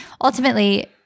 ultimately